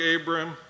Abram